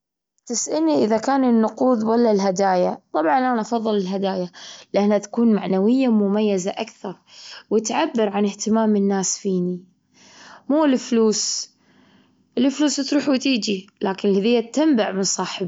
تسألني إذا كان النقود ولا الهدايا، طبعا، أنا أفظل الهدايا، لأنها تكون معنوية، مميزة أكثر، وتعبر عن اهتمام الناس فيني مو الفلوس، الفلوس تروح وتيجي، لكن الهدية بتنبع من صاحبها.